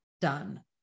done